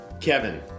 Kevin